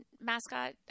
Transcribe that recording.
mascot